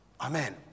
Amen